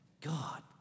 God